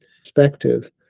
perspective